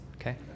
okay